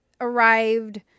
arrived